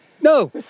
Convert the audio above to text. No